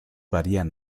varían